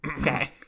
Okay